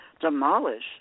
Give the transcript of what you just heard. demolish